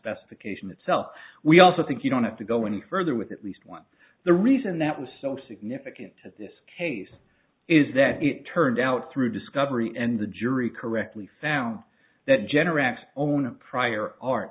specification itself we also think you don't have to go any further with at least one the reason that was so significant to this case is that it turned out through discovery and the jury correctly found that generac own a prior art